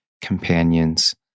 companions